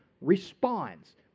responds